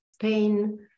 pain